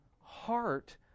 heart